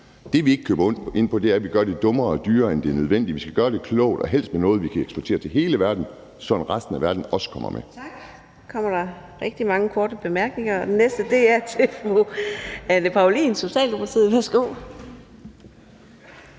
det, vi ikke køber ind på, er, at vi gør det dummere og dyrere, end det er nødvendigt. For vi skal gøre det klogt og helst med noget, vi kan eksportere til hele verden, sådan at resten af verden også kommer med.